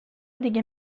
دیگه